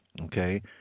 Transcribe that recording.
Okay